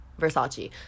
Versace